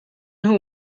nhw